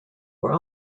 were